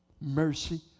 Mercy